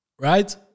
right